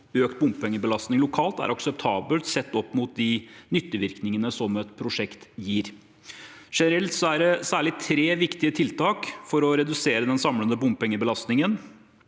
økt bompengebelastning lokalt er akseptabelt sett opp mot nyttevirkningene som et prosjekt gir. Generelt er det særlig tre viktige tiltak for å redusere den samlede bompengebelastningen: